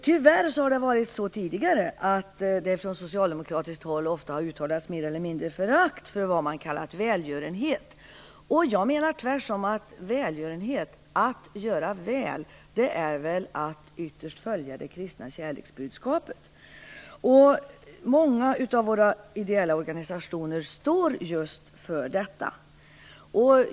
Tyvärr har man från socialdemokratiskt håll tidigare uttalat mer eller mindre förakt för vad man kallat "välgörenhet". Jag menar tvärtom att välgörenhet, att göra väl, ytterst är att följa det kristna kärleksbudskapet. Många av våra ideella organisationer står också just för detta.